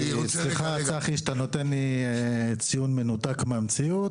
על זה שאתה נותן לי ציון שאני מנותק מהמציאות,